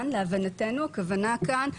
להבנתנו טווח הזמן הכוונה כאן,